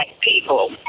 people